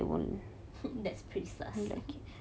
that's pretty sus right